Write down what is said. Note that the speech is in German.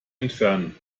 entfernen